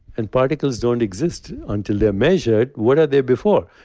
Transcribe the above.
and particles don't exist until they're measured. what are they before?